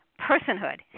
personhood